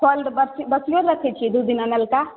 फल तऽ बस बासिए रखै छियै दू दिन अनलका